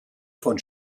von